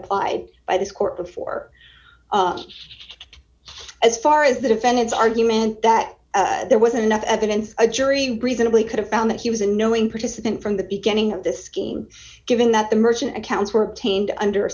applied by this court before as far as the defendant's argument that there was enough evidence a jury reasonably could have found that he was unknowing participant from the beginning of this scheme given that the merchant accounts were obtained under